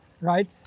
right